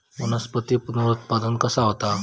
वनस्पतीत पुनरुत्पादन कसा होता?